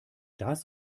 das